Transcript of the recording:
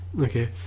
okay